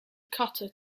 cutter